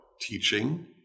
teaching